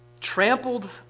Trampled